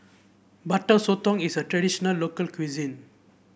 Butter Sotong is a traditional local cuisine